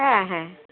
হ্যাঁ হ্যাঁ